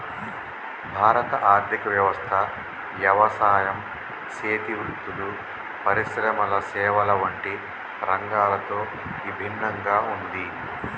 భారత ఆర్థిక వ్యవస్థ యవసాయం సేతి వృత్తులు, పరిశ్రమల సేవల వంటి రంగాలతో ఇభిన్నంగా ఉంది